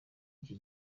iki